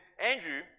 Andrew